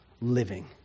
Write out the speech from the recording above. living